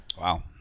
Wow